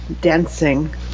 dancing